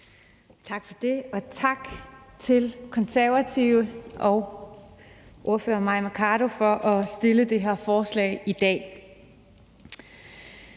Tak for det, og tak til Konservative og ordføreren, fru Mai Mercado, for at fremsætte det her forslag i dag.